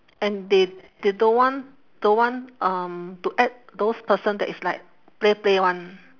and they they don't want don't want um to add those person that is like play play [one]